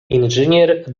inżynier